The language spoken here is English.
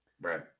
Right